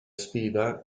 sfida